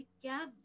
together